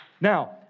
Now